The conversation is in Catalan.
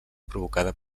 provocada